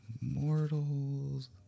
Mortals